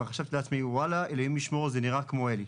וחשבתי לעצמי וואלה אלוהים ישמור זה נראה כמו אלי.